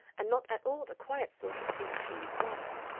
and not at all the quiet sort of thing she required.